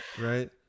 right